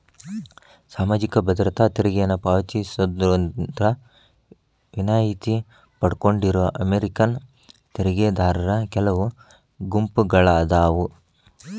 ಸಾಮಾಜಿಕ ಭದ್ರತಾ ತೆರಿಗೆನ ಪಾವತಿಸೋದ್ರಿಂದ ವಿನಾಯಿತಿ ಪಡ್ಕೊಂಡಿರೋ ಅಮೇರಿಕನ್ ತೆರಿಗೆದಾರರ ಕೆಲವು ಗುಂಪುಗಳಾದಾವ